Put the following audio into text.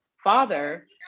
father